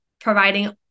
providing